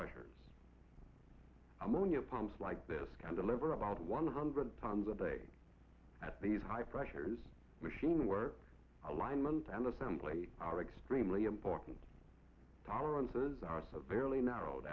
pressure ammonia problems like this kind of lever about one hundred times a day at these high pressures machine where alignment and assembly are extremely important tolerances are severely narrowed